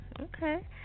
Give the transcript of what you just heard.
Okay